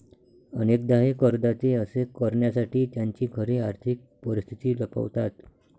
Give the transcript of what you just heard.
अनेकदा हे करदाते असे करण्यासाठी त्यांची खरी आर्थिक परिस्थिती लपवतात